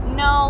no